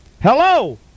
Hello